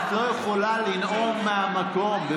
הוא לא עובר את